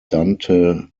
dante